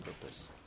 purpose